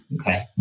Okay